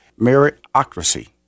Meritocracy